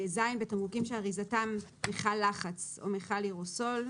(ז)בתמרוקים שאריזתם מכל לחץ או מכל אירוסול,